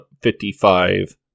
55